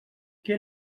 què